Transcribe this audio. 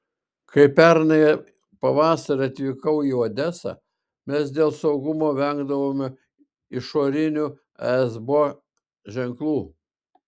kai pernai pavasarį atvykau į odesą mes dėl saugumo vengdavome išorinių esbo ženklų